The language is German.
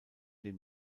den